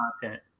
content